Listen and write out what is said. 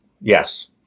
yes